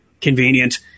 convenient